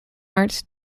arts